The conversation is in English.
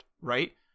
right